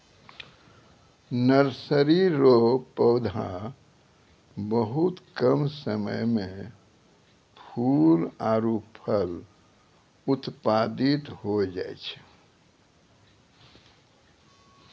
nursery रो पौधा बहुत कम समय मे फूल आरु फल उत्पादित होय जाय छै